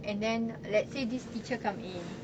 and then let's say this teacher come in